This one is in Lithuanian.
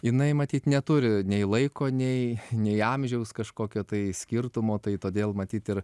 jinai matyt neturi nei laiko nei nei amžiaus kažkokio tai skirtumo tai todėl matyt ir